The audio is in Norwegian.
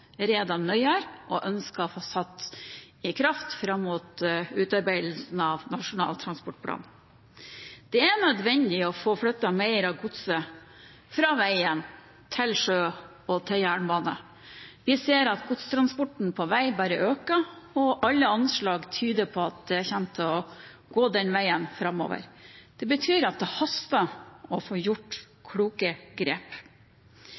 nøyere, og ønsker å få satt i kraft fram mot utarbeidelsen av Nasjonal transportplan. Det er nødvendig å få flyttet mer av godset fra veien til sjø og jernbane. Vi ser at godstransporten på vei bare øker, og alle anslag tyder på at det kommer til å gå den veien framover. Det betyr at det haster å få gjort kloke grep.